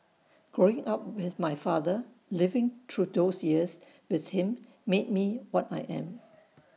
growing up with my father living through those years with him made me what I am